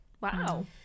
wow